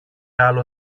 άλλο